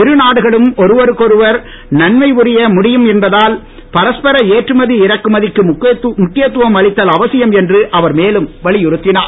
இருநாடுகளும் ஒருவருக்கொருவர் நன்மை புரிய முடியும் என்பதால் பரஸ்பர ஏற்றுமதி இறக்குமதிக்கு முக்கியத்துவம் அளித்தல் அவசியம் என்று அவர் மேலும் வலியுறுத்தினார்